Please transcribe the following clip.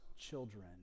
children